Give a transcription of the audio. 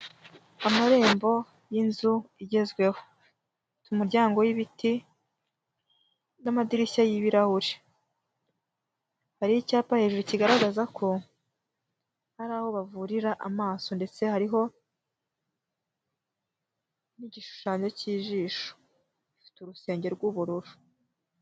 Amarembo y'inzu igezweho, ifite umuryango w'ibiti n'amadirishya y'ibirahure, hari icyapa hejuru kigaragaza ko ari aho bavurira amaso, ndetse hariho n'igishushanyo k'ijisho ifite urusengero rw'ubururu.